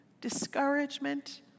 discouragement